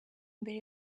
mbere